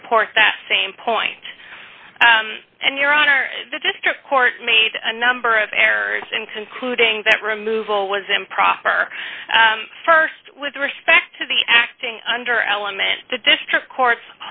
support that same point and your honor the district court made a number of errors in concluding that removal was improper st with respect to the acting under element the district court